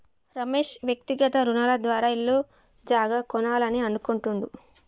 రమేష్ వ్యక్తిగత రుణాల ద్వారా ఇల్లు జాగా కొనాలని అనుకుంటుండు